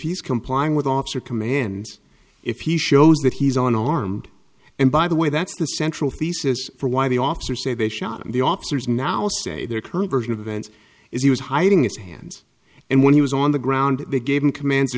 he's complying with officer commands if he shows that he's on armed and by the way that's the central thesis for why the officers say they shot the officers now say their current version of events is he was hiding his hands and when he was on the ground they gave him commands to